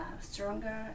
stronger